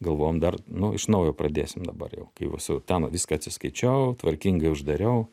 galvojom dar nu iš naujo pradėsim dabar jau kai esu ten viską atsiskaičiau tvarkingai uždariau